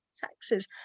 taxes